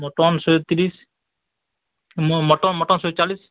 mutton ଶହେ ତିରିଶ mutton mutton ଶହେ ଚାଳିଶ୍